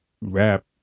rap